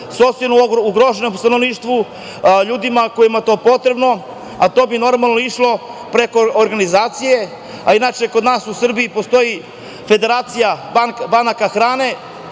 socijalno ugroženom stanovništvu, ljudima kojima je to potrebno, a to bi normalno išlo preko organizacije. Inače, kod nas u Srbiji, postoji federacija banaka hrane,